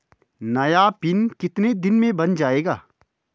नया पिन कितने दिन में बन जायेगा?